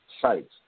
sites